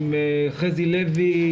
עם חזי לוי,